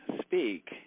speak